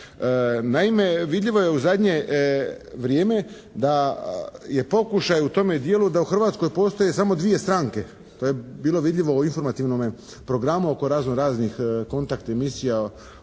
Naime, vidljivo je u zadnje vrijeme da je pokušaj u tome dijelu da u Hrvatskoj postoje samo dvije stranke. To je bilo vidljivo u informativnome programu oko razno raznih kontakt emisija